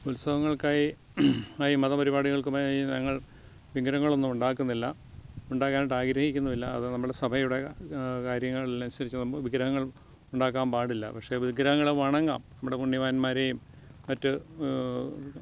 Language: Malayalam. ഉത്സവങ്ങൾക്കായി ആയി മതപരിപാടികൾക്കുമായി ഞങ്ങൾ വിഗ്രഹങ്ങളൊന്നും ഉണ്ടാക്കുന്നില്ല ഉണ്ടാക്കാനായിട്ട് ആഗ്രഹിക്കുന്നു ഇല്ല അത് നമ്മടെ സഭയുടെ കാര്യങ്ങളെല്ലാം അനുസരിച്ച് വിഗ്രഹങ്ങൾ ഉണ്ടാക്കാൻ പാടില്ല പക്ഷെ വിഗ്രഹങ്ങളെ വണങ്ങാം നമ്മുടെ പുണ്യവാൻമാരെയും മറ്റ്